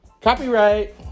copyright